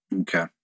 Okay